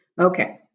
Okay